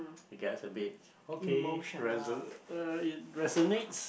I guess a bit okay reso~ uh it resonates